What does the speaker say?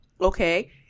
okay